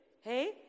Hey